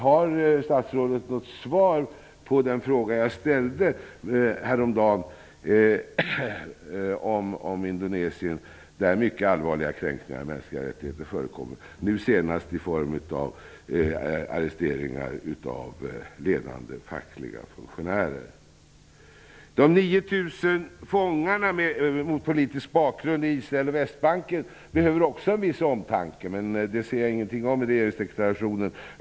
Jag undrar om statsrådet har något svar på den fråga som jag häromdagen ställde om Indonesien, där det förekommer mycket allvarliga kränkningar av mänskliga rättigheter, nu senast i form av arresteringar av ledande fackliga funktionärer. De 9 000 fångarna med politisk bakgrund i Israel och på Västbanken behöver också en viss omtanke, men det ser jag ingenting av i regeringsdeklarationen.